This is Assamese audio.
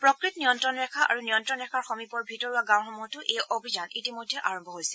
প্ৰকৃত নিয়ন্ত্ৰণ ৰেখা আৰু নিয়ন্ত্ৰণ ৰেখাৰ সমীপৰ ভিতৰুৱা গাঁওসমূহতো এই অভিযান ইতিমধ্যে আৰম্ভ হৈছে